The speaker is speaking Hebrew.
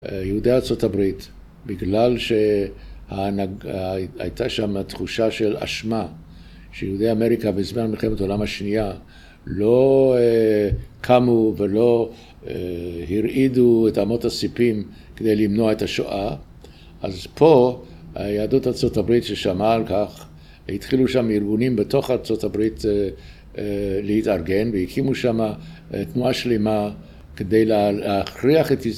יהודי ארה״ב, בגלל שהייתה שם תחושה של אשמה שיהודי אמריקה בזמן מלחמת העולם השנייה לא קמו ולא הרעידו את עמות הסיפים כדי למנוע את השואה אז פה היהדות ארה״ב ששמעה על כך התחילו שם ארגונים בתוך ארה״ב להתארגן להתארגן והקימו שם תנועה שלמה כדי להכריח את